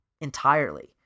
entirely